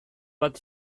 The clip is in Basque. bat